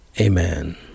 Amen